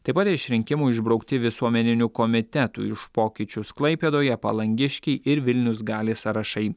taip pat iš rinkimų išbraukti visuomeninių komitetų už pokyčius klaipėdoje palangiškiai ir vilnius gali sąrašai